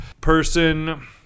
person